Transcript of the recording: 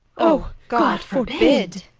o, god forbid!